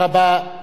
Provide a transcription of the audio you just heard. כבוד השר.